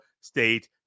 State